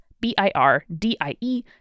B-I-R-D-I-E